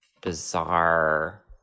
bizarre